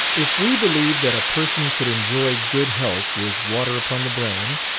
if we believe that a person could enjoy good health with water upon the brain,